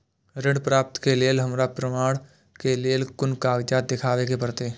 ऋण प्राप्त के लेल हमरा प्रमाण के लेल कुन कागजात दिखाबे के परते?